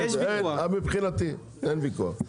מבחינתי אין ויכוח.